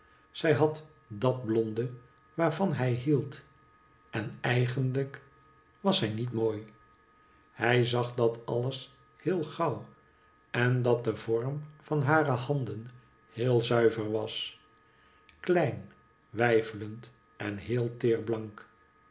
zij had dat blonde waarvan hij hield en eigenlijk was zij niet mooi hij zag dat alles heel gauw en dat de vorm van hare handen heel zuiver was klein weifelend en hee teer blank